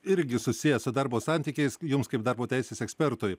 irgi susijęs su darbo santykiais jums kaip darbo teisės ekspertui